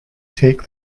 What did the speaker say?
take